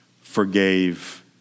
forgave